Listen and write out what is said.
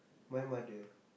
my mother